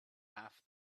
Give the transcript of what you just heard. half